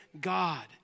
god